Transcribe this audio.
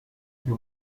più